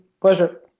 Pleasure